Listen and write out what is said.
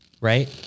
right